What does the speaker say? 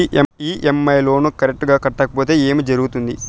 EMI loan correct గా కట్టకపోతే ఏం జరుగుతుంది